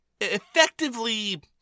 effectively